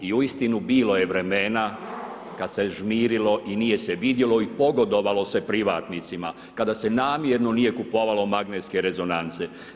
I uistinu bilo je vremena kada se žmirilo i nije se vidjelo i pogodovalo se privatnicima, kada se namjerno nije kupovalo magnetske rezonance.